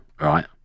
right